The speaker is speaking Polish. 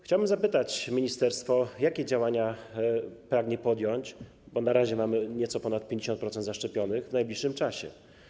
Chciałbym zapytać ministerstwo, jakie działania prawne chce podjąć, bo na razie mamy nieco ponad 50% zaszczepionych w najbliższym czasie.